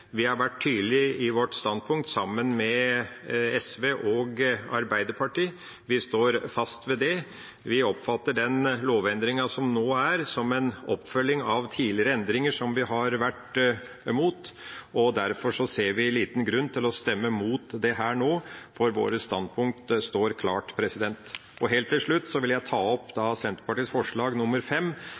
Vi har vært tydelig i vårt standpunkt sammen med SV og Arbeiderpartiet. Vi står fast ved det, vi oppfatter den lovendringa som nå er, som en oppfølging av tidligere endringer som vi har vært imot, og derfor ser vi liten grunn til å stemme imot det her nå, for vårt standpunkt står klart. Helt til slutt vil jeg ta opp Senterpartiets forslag